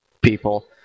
people